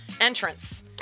entrance